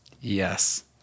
Yes